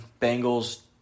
Bengals